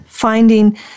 finding